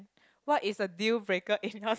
what is a deal breaker in